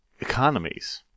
economies